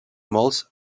molts